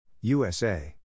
usa